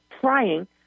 trying